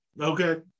Okay